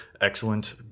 excellent